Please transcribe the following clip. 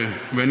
מהרשויות.